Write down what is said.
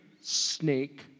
snake